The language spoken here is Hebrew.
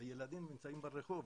הילדים נמצאים ברחוב,